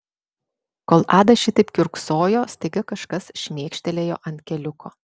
kol ada šitaip kiurksojo staiga kažkas šmėkštelėjo ant keliuko